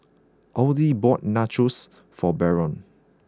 Odie bought Nachos for Barron